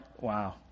wow